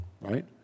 right